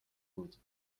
بود